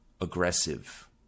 aggressive